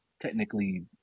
technically